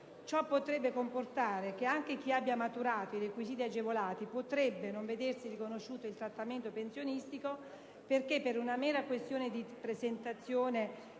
Ciò potrebbe comportare che anche chi abbia maturato i requisiti agevolati potrebbe non vedersi riconosciuto il trattamento pensionistico perché, per una mera questione di presentazione